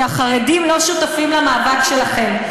כי החרדים לא שותפים למאבק שלכם.